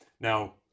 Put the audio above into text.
Now